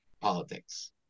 politics